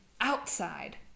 outside